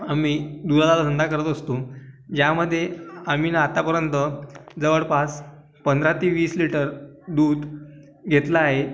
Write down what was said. आम्ही दुधाचा धंदा करत असतो ज्यामध्ये आम्ही ना आतापर्यंत जवळपास पंधरा ते वीस लीटर दूध घेतलं आहे